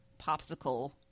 popsicle